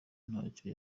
ntacyo